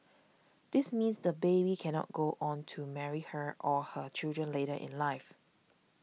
this means the baby cannot go on to marry her or her children later in life